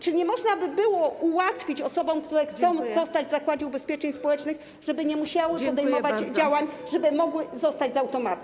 Czy nie można by było ułatwić osobom, które chcą zostać w Zakładzie Ubezpieczeń Społecznych, żeby nie musiały podejmować działań, żeby mogły zostać z automatu?